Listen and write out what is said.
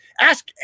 Ask